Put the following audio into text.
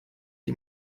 die